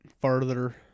further